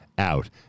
out